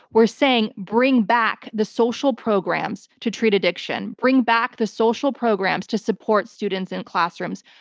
we're saying, bring back the social programs to treat addiction, bring back the social programs to support students in classrooms.